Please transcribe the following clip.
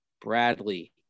Bradley